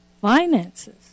finances